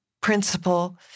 principle